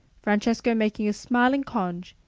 francesco making a smiling conge,